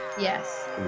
Yes